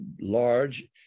large